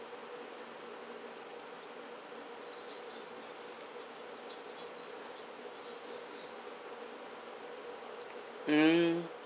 mm